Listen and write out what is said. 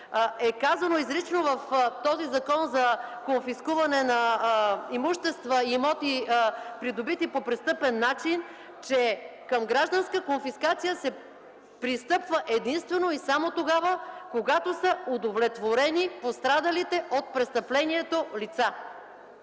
на миналия век, в този закон за конфискуване на имущества и имоти, придобити по престъпен начин, изрично е казано, че към гражданска конфискация се пристъпва единствено и само тогава, когато са удовлетворени пострадалите от престъплението лица.